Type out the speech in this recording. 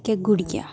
इक ऐ गुड़िया